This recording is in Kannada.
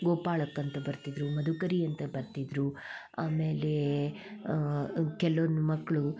ಗೋಮಾಕ್ಕಂತ ಬರ್ತಿದ್ರು ಮದಕರಿ ಅಂತ ಬರ್ತಿದ್ದರು ಆಮೇಲೆ ಕೆಲ್ವೊಂದು ಮಕ್ಕಳು